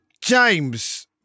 James